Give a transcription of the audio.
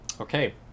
Okay